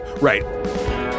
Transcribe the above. Right